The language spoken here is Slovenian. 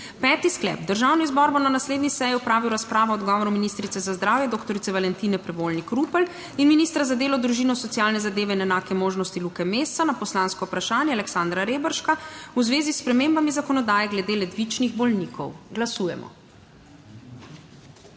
Peti sklep: Državni zbor bo na naslednji seji opravil razpravo o odgovoru ministrice za zdravje doktorice Valentine Prevolnik Rupel in ministra za delo, družino, socialne zadeve in enake možnosti Luke Mesca na poslansko vprašanje Aleksandra Reberška v zvezi s spremembami zakonodaje glede ledvičnih bolnikov. Glasujemo.